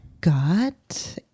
got